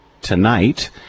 tonight